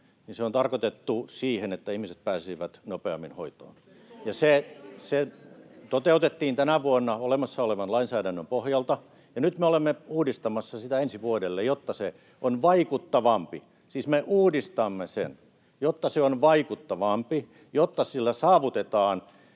on tarkoitettu siihen, että ihmiset pääsisivät nopeammin hoitoon. [Eduskunnasta: Se ei toimi!] Se toteutettiin tänä vuonna olemassa olevan lainsäädännön pohjalta, ja nyt me olemme uudistamassa sitä ensi vuodelle, jotta se on vaikuttavampi. Siis me uudistamme sen, jotta se on vaikuttavampi, jotta sillä saavutetaan